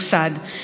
וזה לא מקרה,